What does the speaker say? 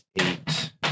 eight